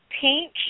pink